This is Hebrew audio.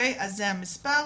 אז זה המספר.